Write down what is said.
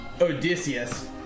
Odysseus